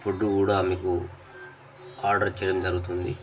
food కూడా మీకు order చేయడం జరుగుతుంది